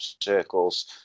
circles